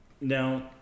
Now